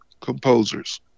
composers